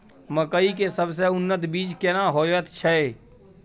मकई के सबसे उन्नत बीज केना होयत छै?